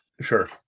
Sure